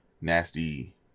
nasty